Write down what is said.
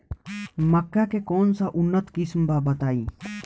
मक्का के कौन सा उन्नत किस्म बा बताई?